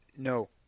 No